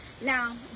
now